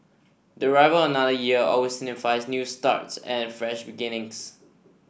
the arrival of another year always signifies new starts and fresh beginnings